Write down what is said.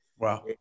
Wow